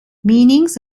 meanings